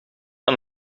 aan